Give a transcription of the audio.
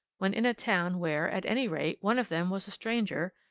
when in a town where, at any rate, one of them was a stranger,